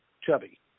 Chubby